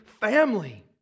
family